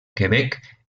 quebec